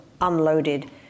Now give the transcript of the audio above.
unloaded